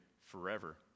forever